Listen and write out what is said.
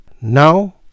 Now